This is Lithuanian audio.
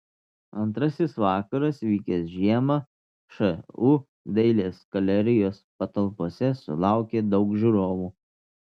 antrasis vakaras vykęs žiemą šu dailės galerijos patalpose sulaukė daug žiūrovų